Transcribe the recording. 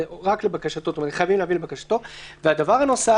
זה רק לבקשתו חייבים להבין את בקשתו והדבר הנוסף,